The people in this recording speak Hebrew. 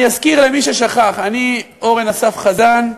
אני אזכיר למי ששכח: אני אורן אסף חזן,